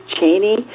Cheney